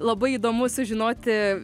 labai įdomu sužinoti